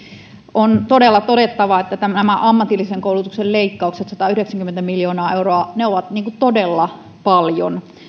on todella todettava että ammatillisen koulutuksen leikkaukset satayhdeksänkymmentä miljoonaa euroa ovat todella paljon